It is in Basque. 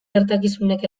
gertakizunek